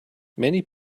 many